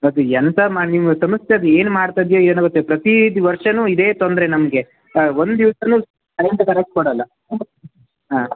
ಅದು ಎಂತ ಮ ನಿಮ್ಮ ಸಂಸ್ಥೆ ಅದು ಏನು ಮಾಡ್ತದೆಯೋ ಏನೋ ಗೊತ್ತಿಲ್ಲ ಪ್ರತಿ ದ್ ವರ್ಷವೂ ಇದೇ ತೊಂದರೆ ನಮಗೆ ಒಂದು ದಿವ್ಸವು ಕರೆಂಟ್ ಕರೆಕ್ಟ್ ಕೊಡೋಲ್ಲ ಹಾಂ